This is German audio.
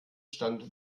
stand